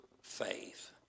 faith